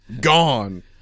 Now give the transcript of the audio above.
Gone